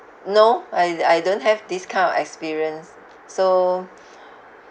no I I don't have this kind of experience so